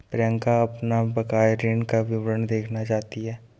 प्रियंका अपना बकाया ऋण का विवरण देखना चाहती है